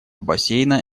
бассейна